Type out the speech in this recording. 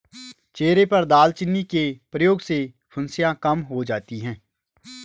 चेहरे पर दालचीनी के प्रयोग से फुंसियाँ कम हो जाती हैं